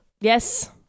Yes